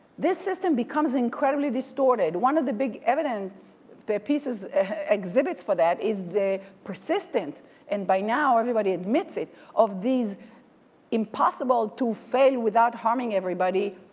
this system becomes incredibly distorted. one of the big evidence, the pieces exhibits for that is the persistent and by now everybody admits it. of these impossible to fail without harming everybody